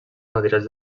materials